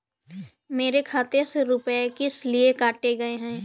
मेरे खाते से रुपय किस लिए काटे गए हैं?